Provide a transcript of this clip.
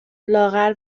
لاغر